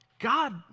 God